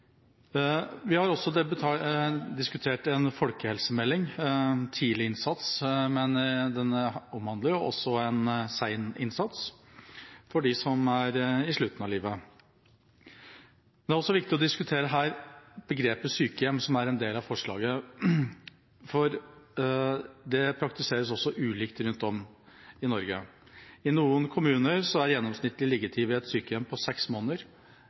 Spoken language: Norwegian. Vi har også diskutert en folkehelsemelding – tidlig innsats – men den omhandler også en sen innsats for dem som er i slutten av livet. Det er også viktig her å diskutere begrepet «sykehjem», som er en del av forslaget, for det praktiseres også ulikt rundt om i Norge. I noen kommuner er gjennomsnittlig liggetid ved et sykehjem på seks måneder.